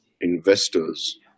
investors